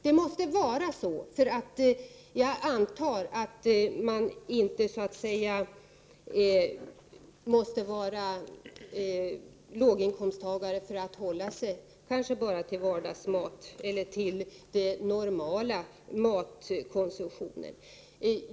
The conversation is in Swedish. Det måste vara på det sättet, för jag antar att låginkomsttagare inte skall behöva hålla sig bara till vardagsmat eller så att säga till den normala matkonsumtionen.